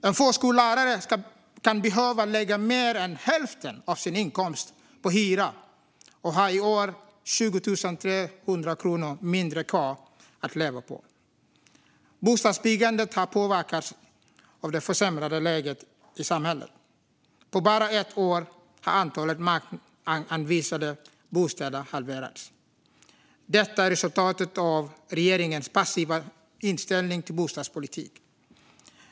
En förskollärare kan behöva lägga mer än hälften av sin inkomst på hyra och har i år 20 300 kronor mindre kvar att leva på. Bostadsbyggandet har påverkats av det försämrade läget i samhället. På bara ett år har antalet markanvisade bostäder halverats. Detta är resultatet av regeringens passiva inställning till bostadspolitik.